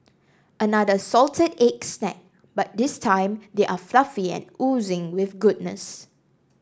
another salted egg snack but this time they are fluffy and oozing with goodness